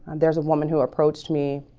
and there's a woman who approached me.